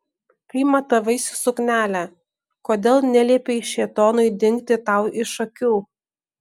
kai matavaisi suknelę kodėl neliepei šėtonui dingti tau iš akių